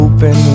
Open